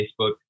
facebook